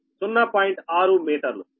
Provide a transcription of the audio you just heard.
6 మీటర్లు